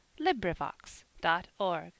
LibriVox.org